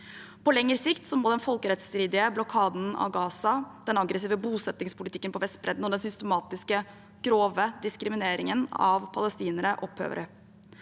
På lengre sikt må den folkerettsstridige blokaden av Gaza, den aggressive bosettingspolitikken på Vestbredden og den systematiske, grove diskrimineringen av palestinere opphøre.